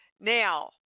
Now